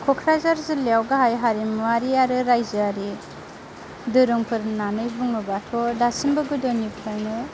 क'क्राझार जिल्लायाव गाहाय हारिमुआरि आरो रायजोआरि दोरोंफोर होननानै बुङोबाथ' दासिमबो गोदोनिफ्रायनो